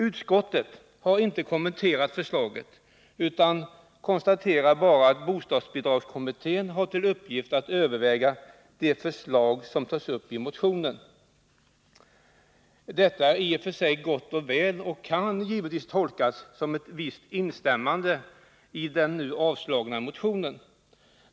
Utskottet har inte kommenterat förslaget, utan konstaterar bara att bostadsbidragskommittén har till uppgift att överväga de förslag som tas upp i motionen. Detta är i och för sig gott och väl och kan givetvis tolkas som ett visst instämmande i den avstyrkta motionen.